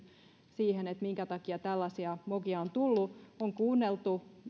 siihen minkä takia tällaisia mokia on tullut on kuunneltu